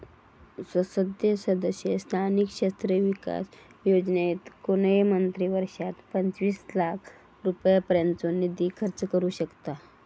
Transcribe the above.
संसद सदस्य स्थानिक क्षेत्र विकास योजनेत कोणय मंत्री वर्षात पंचवीस लाख रुपयांपर्यंतचो निधी खर्च करू शकतां